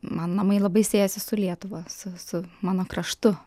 man namai labai siejasi su lietuva su su mano kraštu